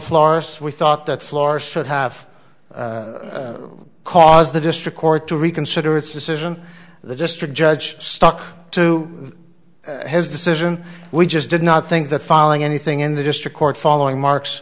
florists we thought that floor should have caused the district court to reconsider its decision the district judge stuck to his decision we just did not think that filing anything in the district court following marks